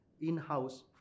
in-house